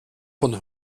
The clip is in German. von